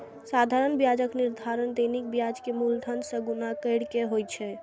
साधारण ब्याजक निर्धारण दैनिक ब्याज कें मूलधन सं गुणा कैर के होइ छै